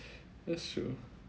that's true